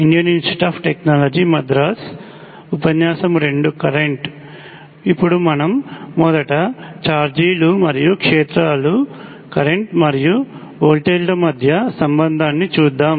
ఇప్పుడు మనం మొదట ఛార్జ్ లు మరియు క్షేత్రాలు కరెంట్ మరియు వోల్టేజ్ ల మధ్య సంబంధాన్ని చూద్దాం